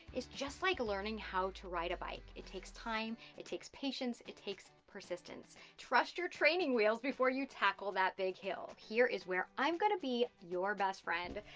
is just like learning how to ride a bike. it takes time, it takes patience, it takes persistence. trust your training wheels, before you tackle that big hill. here is where i'm gonna be your best friend.